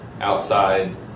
outside